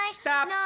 Stop